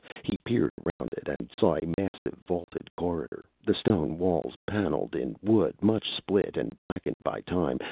he peered around it, and saw a massive, vaulted corridor, the stone walls panelled in wood much split and blackened by time,